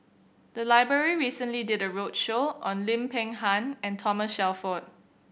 the library recently did a roadshow on Lim Peng Han and Thomas Shelford